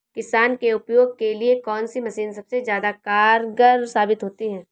किसान के उपयोग के लिए कौन सी मशीन सबसे ज्यादा कारगर साबित होती है?